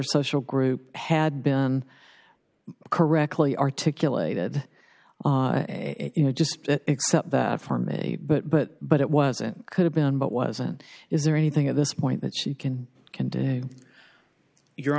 social group had been correctly articulated it you know just except that for me but but but it wasn't could have been but wasn't is there anything at this point that she can continue your